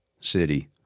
city